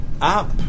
up